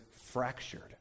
fractured